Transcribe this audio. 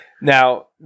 now